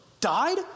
died